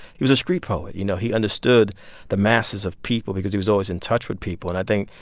he was a street poet, you know? he understood the masses of people because he was always in touch with people and i think,